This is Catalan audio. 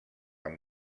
amb